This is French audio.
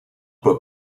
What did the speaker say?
pour